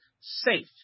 safe